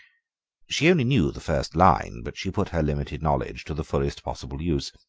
she only knew the first line, but she put her limited knowledge to the fullest possible use.